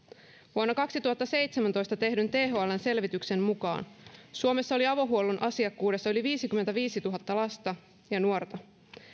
vuonna kaksituhattaseitsemäntoista tehdyn thln selvityksen mukaan suomessa oli avohuollon asiakkuudessa yli viisikymmentäviisituhatta lasta ja nuorta